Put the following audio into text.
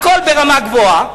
הכול ברמה גבוהה.